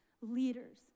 leaders